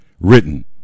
written